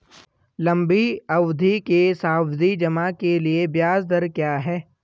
लंबी अवधि के सावधि जमा के लिए ब्याज दर क्या है?